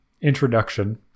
introduction